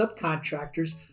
subcontractors